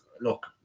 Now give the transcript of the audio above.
Look